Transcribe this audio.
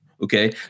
Okay